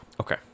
Okay